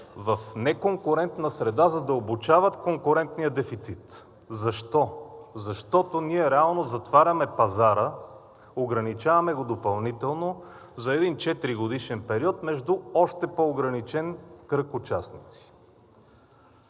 в неконкурентна среда задълбочават конкурентния дефицит. Защо? Защото ние реално затваряме пазара, ограничаваме го допълнително за един четиригодишен период между още по-ограничен кръг участници.